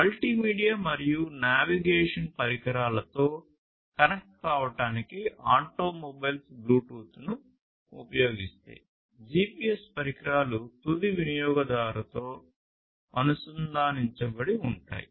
multimedia మరియు navigation పరికరాలతో connect కావడానికి ఆటోమొబైల్స్ బ్లూటూత్ను ఉపయోగిస్తాయి జిపిఎస్ పరికరాలు తుది వినియోగదారుతో అనుసంధానించబడి ఉంటాయి